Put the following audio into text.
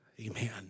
Amen